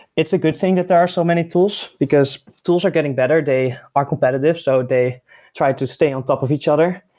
it's a good thing that there are so many tools, because tools are getting better. they are competitive, so they try to stay on top of each other.